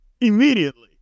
Immediately